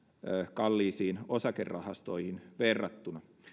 kalliisiin osakerahastoihin verrattuna